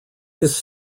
his